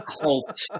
cult